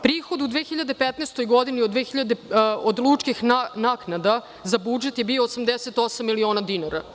Prihod u 2015. godini od lučkih naknada za budžet je bio 88 miliona dinara.